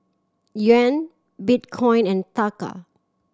Yuan Bitcoin and Taka